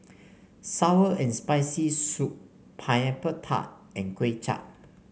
sour and Spicy Soup Pineapple Tart and Kway Chap